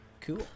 cool